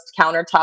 countertop